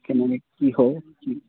কেনেকে কি হয় কি